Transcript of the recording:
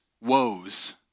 woes